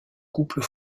couple